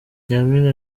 nyaminga